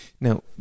Now